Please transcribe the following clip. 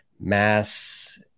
mass